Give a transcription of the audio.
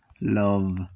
love